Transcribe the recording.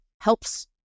helps